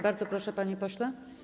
Bardzo proszę, panie pośle.